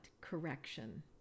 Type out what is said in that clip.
correction